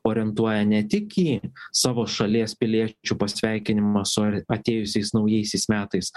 orientuoja ne tik į savo šalies piliečių pasveikinimą su ar atėjusiais naujaisiais metais